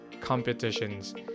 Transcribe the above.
competitions